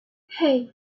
hey